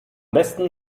besten